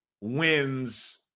wins